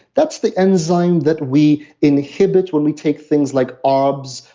that's the enzyme that we inhibit when we take things like ah herbs,